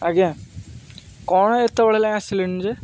ଆଜ୍ଞା କ'ଣ ଏତେବେଳ ହେଲାଣି ଆସିଲନି ଯେ